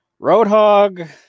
Roadhog